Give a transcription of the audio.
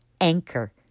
Anchor